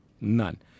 none